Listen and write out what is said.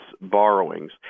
borrowings